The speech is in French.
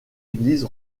église